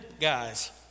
guys